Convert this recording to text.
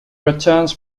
returns